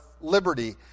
liberty